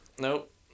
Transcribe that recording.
Nope